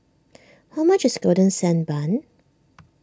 how much is Golden Sand Bun